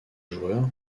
joueur